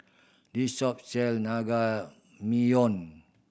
this shop sell